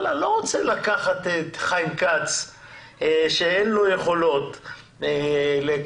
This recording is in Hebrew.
אתה לא רוצה לקחת את חיים כץ שאין לו יכולות לקרדיולוגיה